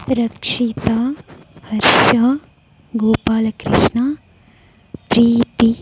Rakshita Harsha Gopalakrishna Preethi